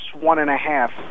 one-and-a-half